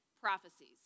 prophecies